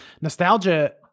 Nostalgia